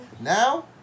Now